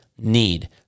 need